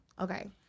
Okay